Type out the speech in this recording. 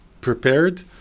prepared